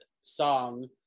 song